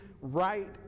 right